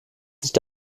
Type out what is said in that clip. nicht